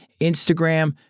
Instagram